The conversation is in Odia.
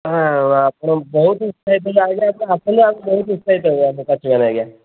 ହଁ ଆପଣ ବହୁତ ଉତ୍ସାହିତ ଥିଲୁ ଆଜ୍ଞା ଆପଣ ଆସନ୍ତୁ ବହୁତ ଉତ୍ସାହିତ ହେବ ଆମ ଚାଷୀମାନେ ଆଜ୍ଞା